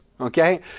Okay